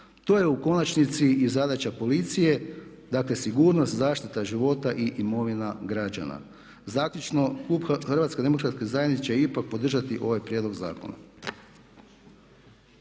To je u konačnici i zadaća policije, dakle sigurnost, zaštita života i imovine građana. Zaključno, klub HDZ-a će ipak podržati ovaj prijedlog zakona.